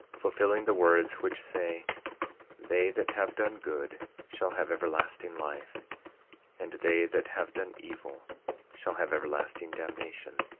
fulfilling the words which say they that have done good shall have everlasting life and they that have done evil shall have everlasting damnation.